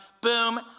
boom